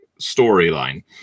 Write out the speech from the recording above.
storyline